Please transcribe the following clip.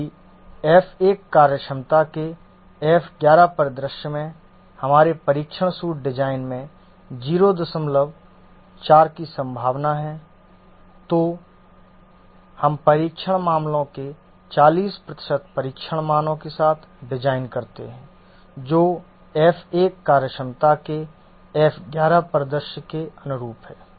यदि F1 कार्यक्षमता के F11 परिदृश्य में हमारे परीक्षण सूट डिजाइन में 04 की संभावना है तो हम परीक्षण मामलों के 40 प्रतिशत परीक्षण मानों के साथ डिज़ाइन करते हैं जो F1 कार्यक्षमता के F11 परिदृश्य के अनुरूप हैं